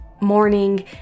morning